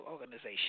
organization